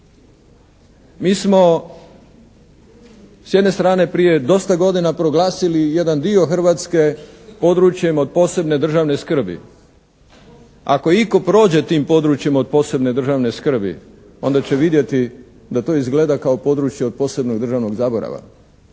Mi smo s jedne strane prije dosta godina proglasili jedan dio Hrvatske područjem od posebne državne skrbi. Ako itko prođe tim područjem od posebne državne skrbi onda će vidjeti da to izgleda kao područje od posebnog državnog zaborava.